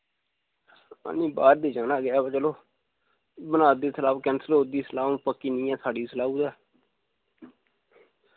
नी बाह्र ते जाना गै वा चलो बना दे सलाह् कैंसिल होआ दी सलाह् हू'न पक्की नी ऐ साढ़ी इसलै कुतै